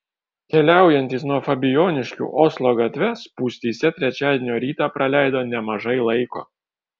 keliaujantys nuo fabijoniškių oslo gatve spūstyse trečiadienio rytą praleido nemažai laiko